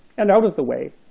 and out of the way,